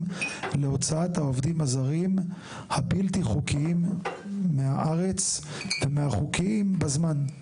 להוצאת העובדים הזרים הבלתי חוקיים מהארץ ומהחוקיים בזמן.